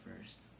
first